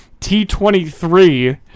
T23